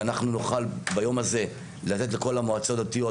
ואנחנו נוכל ביום הזה לתת לכל המועצות הדתיות